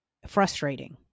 frustrating